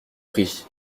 prie